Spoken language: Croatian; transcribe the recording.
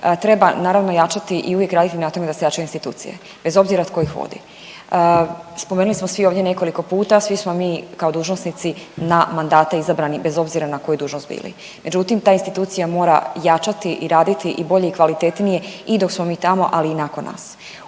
Treba naravno jačati i uvijek raditi na tome da se jačaju institucije bez obzira tko ih vodi. Spomenuli smo svi ovdje nekoliko puta, svi smo mi kao dužnosnici na mandate izabrani bez obzira na kojoj dužnost bili. Međutim, ta institucija mora jačati i raditi i bolje i kvalitetnije i dok smo mi tamo, ali i nakon nas.